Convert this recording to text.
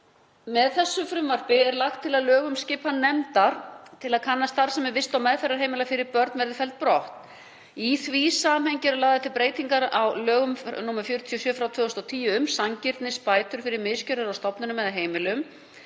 Með þessu frumvarpi er lagt til að lög um skipan nefndar til að kanna starfsemi vist- og meðferðarheimila fyrir börn, nr. 26/2007, verði felld brott. Í því samhengi eru lagðar til breytingar á lögum nr. 47/2010, um sanngirnisbætur fyrir misgjörðir á stofnunum eða heimilum